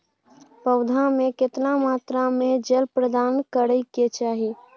पौधों में केतना मात्रा में जल प्रदान करै के चाही?